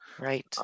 Right